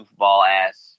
goofball-ass